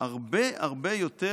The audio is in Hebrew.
הרבה הרבה יותר,